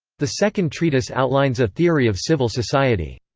the second treatise outlines a theory of civil society.